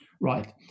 Right